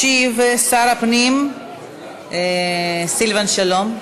ישיב שר הפנים סילבן שלום.